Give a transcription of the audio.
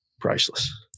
priceless